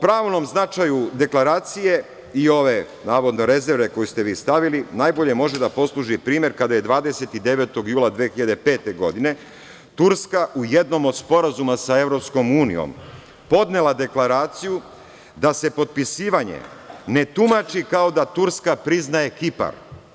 O pravnom značaju deklaracije, i ove, navodne rezerve koju ste vi stavili, najbolje može da posluži primer kada je 29. jula 2005. godine Turska u jednom od sporazuma sa EU podnela deklaraciju da se potpisivanje ne tumači kao da Turska priznaje Kipar.